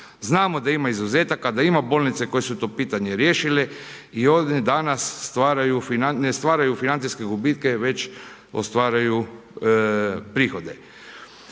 Znamo da ima izuzetaka, da ima bolnica koje su to pitanje riješile i one danas ne stvaraju financijske gubitke već ostvaruju prihode.